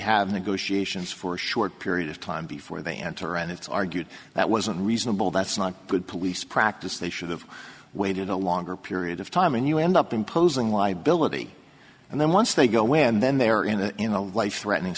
have negotiations for a short period of time before they enter and it's argued that wasn't reasonable that's not good police practice they should have waited a longer period of time and you end up imposing liability and then once they go in then they're in a in a life threatening